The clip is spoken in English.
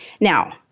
Now